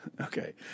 okay